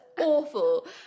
awful